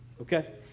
Okay